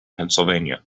pennsylvania